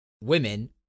women